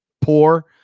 poor